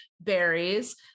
berries